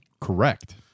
Correct